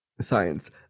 science